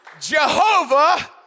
Jehovah